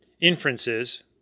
inferences